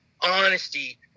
honesty